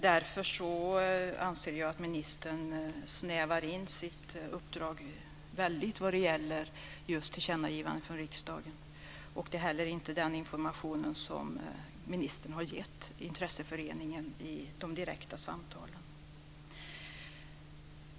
Därför anser jag att ministern snävar in sitt uppdrag väldigt mycket när det gäller tillkännagivanden från riksdagen. Det är inte heller den information som ministern har gett intresseföreningen i de direkta samtalen.